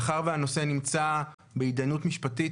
מאחר שהנושא נמצא בהתדיינות משפטית,